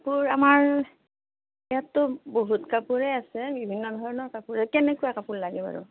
কাপোৰ আমাৰ ইয়াতটো বহুত কাপোৰে আছে বিভিন্ন ধৰণৰ কাপোৰ কেনেকুৱা কাপোৰ লাগে বাৰু